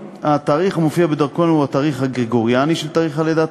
התאריך המופיע בדרכון הוא התאריך הגרגוריאני של יום הלידה,